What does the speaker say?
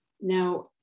Now